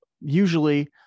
usually